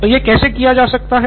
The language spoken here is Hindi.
तो यह कैसे किया जा सकता है